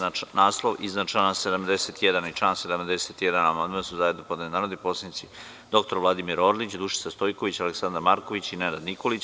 Na naslov iznad člana 71. i član 71. amandman su zajedno podneli narodni poslanici dr Vladimir Orlić, Dušica Stojković, Aleksandar Marković i Nenad Nikolić.